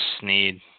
Sneed